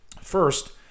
first